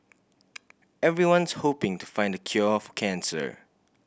everyone's hoping to find the cure for cancer